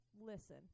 listen